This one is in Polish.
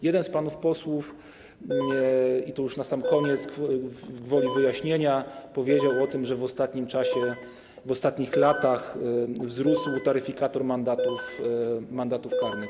Jeden z panów posłów - to już na sam koniec, gwoli wyjaśnienia - powiedział o tym, że w ostatnim czasie, w ostatnich latach wzrósł taryfikator mandatów karnych.